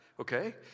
okay